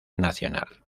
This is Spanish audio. nacional